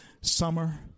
summer